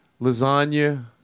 lasagna